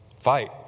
Fight